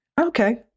Okay